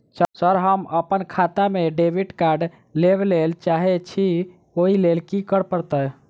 Sir हम अप्पन खाता मे डेबिट कार्ड लेबलेल चाहे छी ओई लेल की परतै?